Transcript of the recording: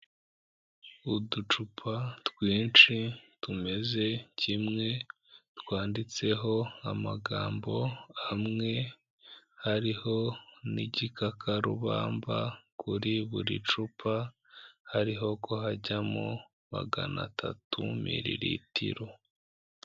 Uducupa twinshi tumeze kimwe twanditseho amagambo amwe, hariho n'igikakarubamba, kuri buri cupa hariho ku hajyamo maganatatu miliritiro.